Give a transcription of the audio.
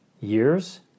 Years